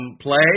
play